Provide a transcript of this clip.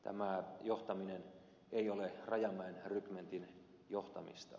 tämä johtaminen ei ole rajamäen rykmentin johtamista